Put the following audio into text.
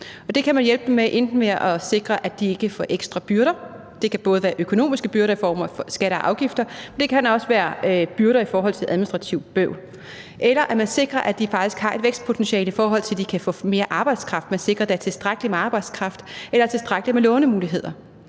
Det kan man hjælpe dem med ved enten at sikre, at de ikke får ekstra byrder – det kan både være økonomiske byrder i form af skatter og afgifter, men det kan også være byrder i form af administrativt bøvl – eller ved at sikre, de faktisk har et vækstpotentiale, altså i forhold til at de kan få mere arbejdskraft; at man sikrer, at der er tilstrækkeligt med arbejdskraft eller tilstrækkeligt med lånemuligheder.